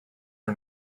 are